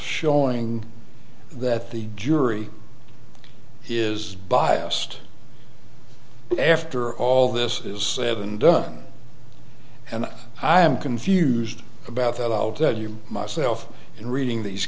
showing that the jury is biased after all this has been done and i am confused about that i'll tell you myself in reading these